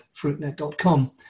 fruitnet.com